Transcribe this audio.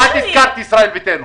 את הזכרת את ישראל ביתנו.